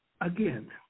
again